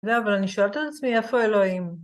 זהו, אבל אני שואלת על עצמי, איפה אלוהים?